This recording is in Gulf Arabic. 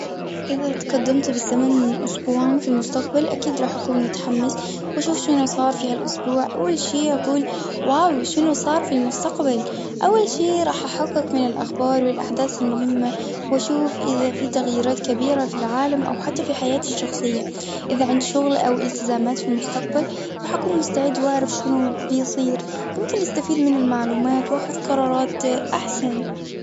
إذا تقدمت بالزمن أسبوعاً في المستقبل، أكيد راح أكون متحمس، واشوف شنو صار في هالأسبوع. أول شي أقول، واو شنو صار في المستقبل. أول شي راح أحقق من الأخبار، والأحداث المهمة، واشوف إذا في تغييرات كبيرة في العالم، أو حتى في حياتي الشخصية. إذا عندي شغل، أو التزامات في المستقبل، راح أكون مستعد وأعرف شنو بيصير. يمكن استفيد من المعلومات وأخذ قرارات أحسن.